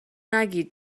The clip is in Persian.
نگید